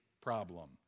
problem